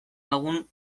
lagun